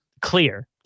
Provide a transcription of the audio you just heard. clear